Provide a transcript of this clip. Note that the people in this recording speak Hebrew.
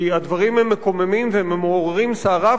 כי הדברים מקוממים והם מעוררים סערה,